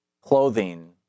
clothing